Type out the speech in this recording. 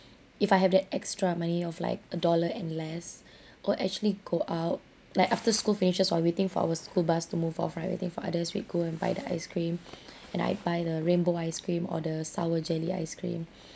if I have that extra money of like a dollar and less I'll actually go out like after school finishes while waiting for our school bus to move off right waiting for others we go and buy the ice cream and I'd buy the rainbow ice cream or the sour jelly ice cream